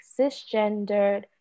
cisgendered